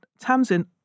Tamsin